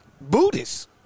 Buddhist